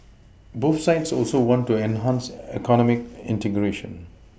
both sides also want to enhance economic integration